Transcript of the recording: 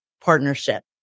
partnership